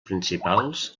principals